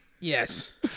Yes